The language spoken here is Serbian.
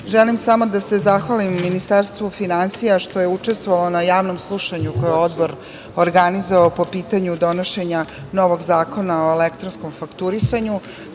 želim samo da se zahvalim Ministarstvu finansija što je učestvovalo na javnom slušanju koje je odbor organizovao po pitanju donošenja novog Zakona o elektronskom fakturisanju. Na